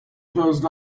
closed